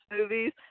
movies